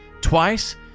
twice